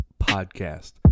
podcast